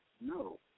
No